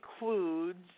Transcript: includes